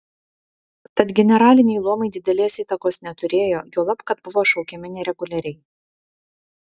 tad generaliniai luomai didelės įtakos neturėjo juolab kad buvo šaukiami nereguliariai